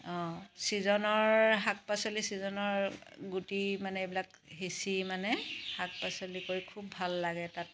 ছিজনৰ শাক পাচলি ছিজনৰ গুটি মানে এইবিলাক সিচি মানে শাক পাচলি কৰি খুব ভাল লাগে তাত